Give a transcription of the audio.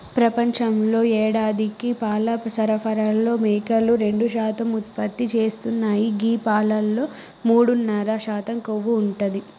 ప్రపంచంలో యేడాదికి పాల సరఫరాలో మేకలు రెండు శాతం ఉత్పత్తి చేస్తున్నాయి గీ పాలలో మూడున్నర శాతం కొవ్వు ఉంటది